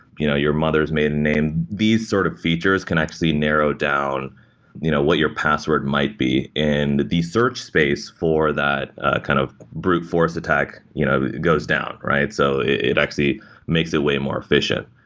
you know your mother s maiden name, these sort of features can actually narrow down you know what your password might be, and the search space for that kind of brute force attack you know goes down. so it actually makes it way more efficient.